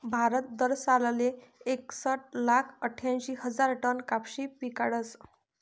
भारत दरसालले एकसट लाख आठ्यांशी हजार टन कपाशी पिकाडस